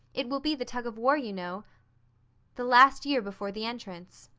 it will be the tug of war, you know the last year before the entrance.